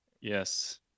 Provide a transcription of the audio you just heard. Yes